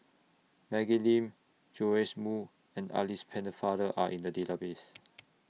Maggie Lim Joash Moo and Alice Pennefather Are in The Database